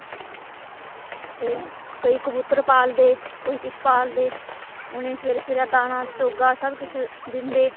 ते केंई कबूतर पालदे कोई किश पालदा उनेंगी सबेरे दाना चोगा सब किश दिंदे